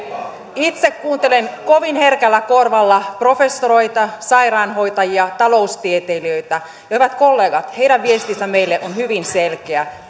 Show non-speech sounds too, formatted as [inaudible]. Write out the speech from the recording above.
itse kuuntelen kovin herkällä korvalla professoreita sairaanhoitajia taloustieteilijöitä ja hyvät kollegat heidän viestinsä meille on hyvin selkeä [unintelligible]